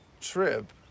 trip